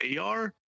AR